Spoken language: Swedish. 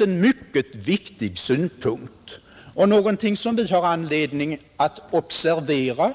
en mycket viktig synpunkt och någonting som vi har anledning att observera.